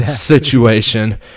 situation